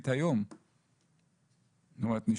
זאת אומרת הוא לא